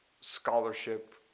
scholarship